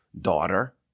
daughter